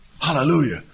Hallelujah